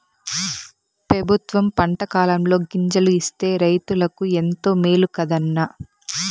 పెబుత్వం పంటకాలంలో గింజలు ఇస్తే రైతులకు ఎంతో మేలు కదా అన్న